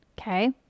Okay